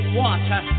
water